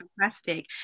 fantastic